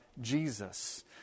Jesus